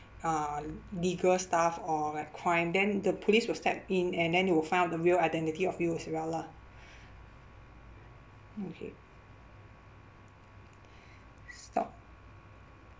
uh legal staff or like crime then the police will step in and then they will find the real identity of you as well lah okay stop